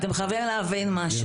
אתם חייבים להבין משהו.